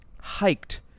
hiked